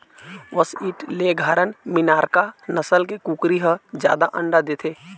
white leghorn, Minorca नसल के कुकरी ह जादा अंडा देथे